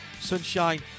sunshine